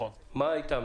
מה אתם?